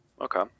Okay